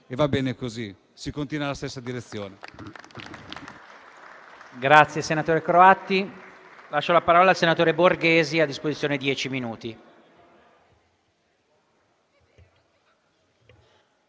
e va bene così, ma si continua nella stessa direzione.